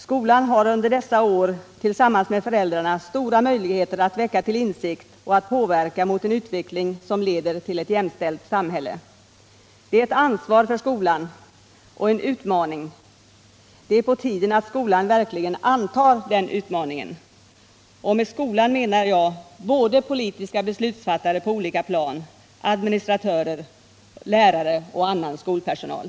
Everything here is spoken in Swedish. Skolan har under dessa år tillsammans med föräldrarna stora möjligheter att väcka till insikt och att påverka i riktning mot en utveckling som leder till ett jämställt samhälle. Det är ett ansvar för skolan — och en utmaning. Det är på tiden att skolan verkligen antar den utmaningen. Och med skolan menar jag politiska beslutsfattare på olika plan, administratörer, lärare och annan skolpersonal.